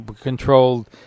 controlled